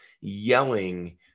yelling